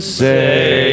say